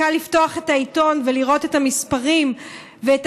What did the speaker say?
קל לפתוח את העיתון ולראות את המספרים ואת